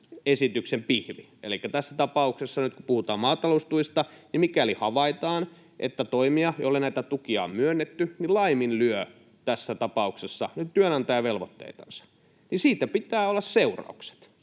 esityksen pihvi. Elikkä kun nyt tässä tapauksessa puhutaan maataloustuista, niin mikäli havaitaan, että toimija, jolle näitä tukia on myönnetty, laiminlyö tässä tapauksessa nyt työnantajavelvoitteitansa, niin siitä pitää olla seuraukset.